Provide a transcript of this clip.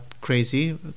crazy